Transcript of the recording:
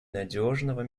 надежного